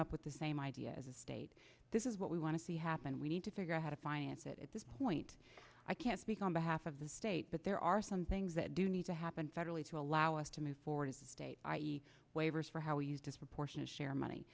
up with the same idea as a state this is what we want to see happen we need to figure out how to finance it at this point i can't speak on behalf of the state but there are some things that do need to happen federally to allow us to move forward state i e waivers for how we use disproportionate share money